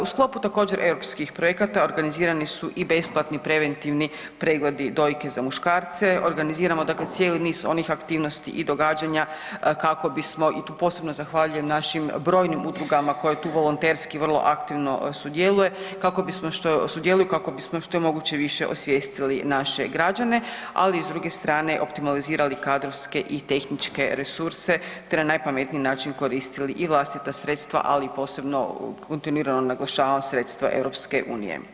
U sklopu također europskih projekata organizirani su i besplatni preventivni pregledi dojki za muškarce, organiziramo dakle cijeli niz onih aktivnosti i događanja kako bismo i tu posebno zahvaljujem našim brojnim udrugama koje tu volonterski vrlo aktivno sudjeluje, kako bismo što, sudjeluju kako bismo što je moguće više osvijestili naše građane ali i s druge strane optimalizirali kadrovske i tehničke resurse te na najpametniji način koristiti i vlastita sredstva ali i posebno kontinuirano, naglašavam sredstva EU.